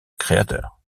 créateur